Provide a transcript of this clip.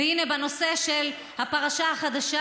והינה, בנושא של הפרשה החדשה,